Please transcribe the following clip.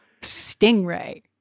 Stingray